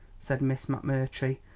said miss mcmurtry,